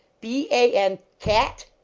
b a n, cat!